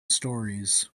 storeys